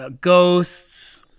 ghosts